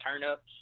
turnips